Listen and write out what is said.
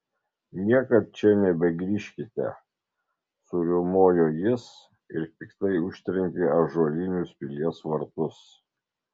niekad čia nebegrįžkite suriaumojo jis ir piktai užtrenkė ąžuolinius pilies vartus